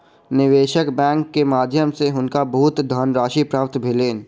निवेशक बैंक के माध्यम सॅ हुनका बहुत धनराशि प्राप्त भेलैन